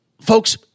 folks